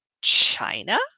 China